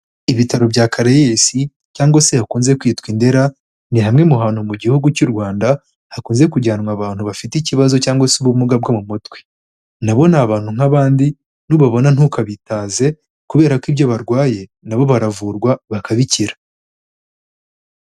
Ibitaro bya Caraes cyangwa se hakunze kwitwa i Ndera, ni hamwe mu hantu mu gihugu cy'u Rwanda hakunze kujyanwa abantu bafite ikibazo cyangwa se ubumuga bwo mu mutwe, na bo ni abantu nk'abandi, nubabona ntukabitaze kubera ko ibyo barwaye nabo baravurwa bakabikira.